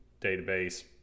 database